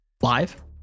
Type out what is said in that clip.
live